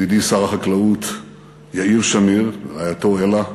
ידידי שר החקלאות יאיר שמיר, רעייתו אלה,